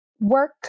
work